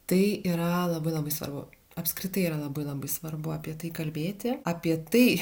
tai yra labai labai svarbu apskritai yra labai labai svarbu apie tai kalbėti apie tai